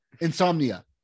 Insomnia